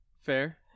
Fair